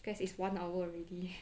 guess it's one hour already